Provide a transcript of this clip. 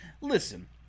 Listen